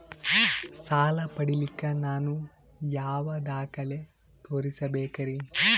ಸಾಲ ಪಡಿಲಿಕ್ಕ ನಾನು ಯಾವ ದಾಖಲೆ ತೋರಿಸಬೇಕರಿ?